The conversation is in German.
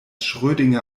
schrödinger